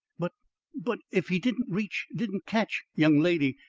but but if he didn't reach didn't catch young lady,